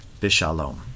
Bishalom